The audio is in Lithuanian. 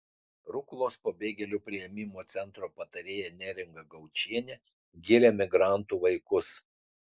ruklos pabėgėlių priėmimo centro patarėja neringa gaučienė giria migrantų vaikus